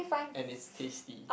and it's tasty